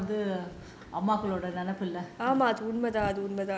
worry பண்றதுதான் வந்து அம்மாக்களோட நினபுள்ள:pandrathuthaan vanthu ammakaloda ninapulla